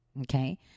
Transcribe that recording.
okay